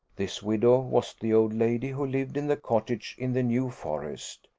this widow was the old lady who lived in the cottage in the new forest.